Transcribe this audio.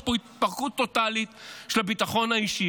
יש פה התפרקות טוטלית של הביטחון האישי.